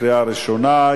קריאה ראשונה.